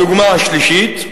הדוגמה השלישית,